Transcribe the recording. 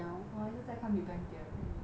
我还是在看 big bang theory